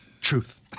Truth